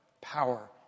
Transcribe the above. Power